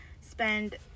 spend